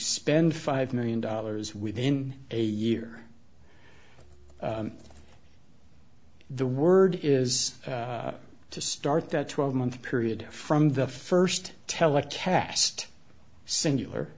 spend five million dollars within a year the word is to start that twelve month period from the first telecast singular